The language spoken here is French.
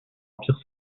l’empire